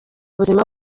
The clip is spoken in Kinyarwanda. buzima